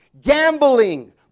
gambling